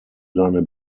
seine